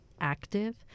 active